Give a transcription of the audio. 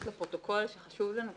לפרוטוקול שחשוב לנו.